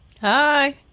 Hi